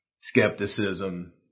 Skepticism